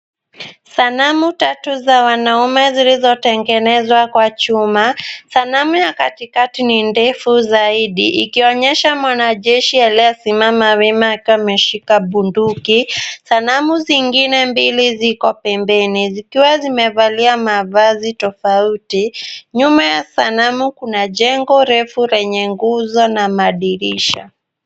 Sanamu tatu za wanaume zilizotengenezwa kwa chuma. Sanamu ya katikati ni refu zaidi ikionyesha mwanajeshi aliyesimama wima akishika bunduki. Sanamu zingine mbili ziko pembeni zikiwa zimevalia mavazi tofauti. Nyuma ya sanamu kuna jengo refu lenye nguzo na madirisha.